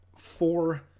Four